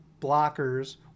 blockers